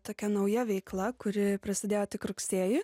tokia nauja veikla kuri prasidėjo tik rugsėjį